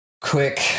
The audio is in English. quick